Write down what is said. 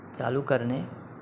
चालू करणे